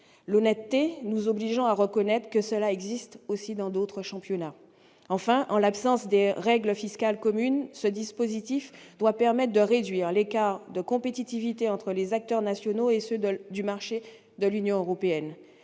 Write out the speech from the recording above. L'honnêteté nous oblige à reconnaître que cela existe dans d'autres championnats. Enfin, en l'absence de règles fiscales communes, ce dispositif doit permettre de réduire l'écart de compétitivité entre les acteurs nationaux et ceux du marché de l'Union européenne.